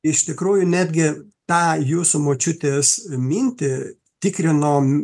iš tikrųjų netgi tą jūsų močiutės mintį tikrinom